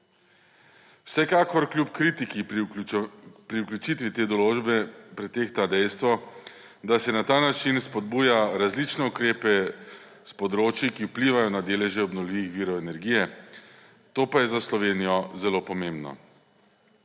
Vsekakor kljub kritiki pri vključitvi te določbe pretehta dejstvo, da se na ta način spodbuja različne ukrepe s področij, ki vplivajo na deleže obnovljivih virov energije, to pa je za Slovenijo zelo pomembno.